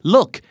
Look